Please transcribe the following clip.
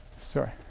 Sorry